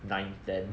nine ten